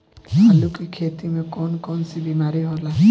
आलू की खेती में कौन कौन सी बीमारी होला?